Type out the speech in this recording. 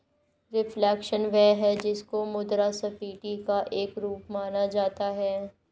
reflation वह है जिसको मुद्रास्फीति का एक रूप माना जा सकता है